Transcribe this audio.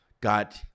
got